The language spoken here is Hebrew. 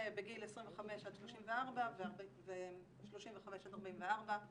בגיל 25 עד 34 ו-35 עד 44,